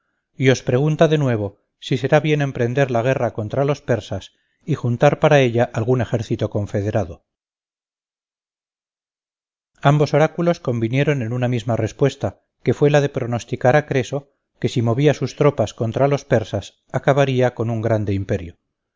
os pregunta de nuevo si será bien emprender la guerra contra los persas y juntar para ella algún ejército confederado ambos oráculos convinieron en una misma respuesta que fue la de pronosticar a creso que si movía sus tropas contra los persas acabarla con un grande imperio